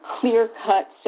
clear-cut